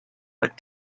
what